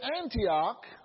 Antioch